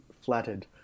flattered